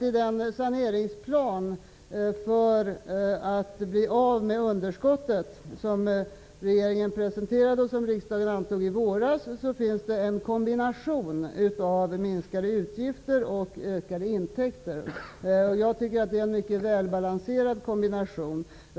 I den saneringsplan för att bli av med underskottet som regeringen presenterat och som riksdagen antog i våras, finns en kombination av minskade utgifter och ökade intäkter. Jag tycker att det är en mycket väl balanserad kombination.